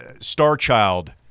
Starchild